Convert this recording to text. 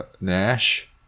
Nash